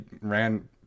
ran